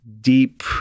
deep